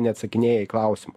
neatsakinėja į klausimą